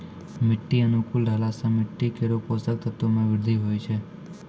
मिट्टी अनुकूल रहला सँ मिट्टी केरो पोसक तत्व म वृद्धि होय छै